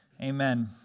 Amen